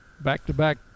Back-to-back